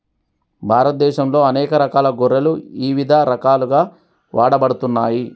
భారతదేశంలో అనేక రకాల గొర్రెలు ఇవిధ రకాలుగా వాడబడుతున్నాయి